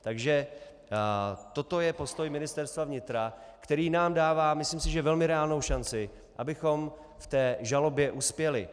Takže toto je postoj Ministerstva vnitra, který nám dává, myslím si, že velmi reálnou šanci, abychom v té žalobě uspěli.